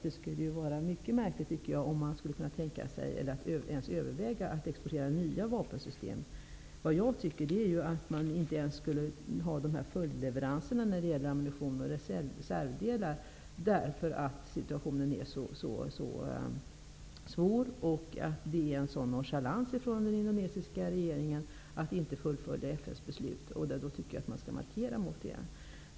Det skulle därför vara mycket märkligt om man ens övervägde att exportera nya vapensystem. Jag tycker att man inte ens skall göra följdleveranser av ammunition och reservdelar, eftersom situationen är så svår och eftersom den indonesiska regeringen visar en så stor nonchalans när det gäller att fullfölja FN:s beslut. Därför tycker jag att man skall markera mot detta.